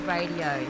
Radio